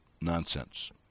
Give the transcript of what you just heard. nonsense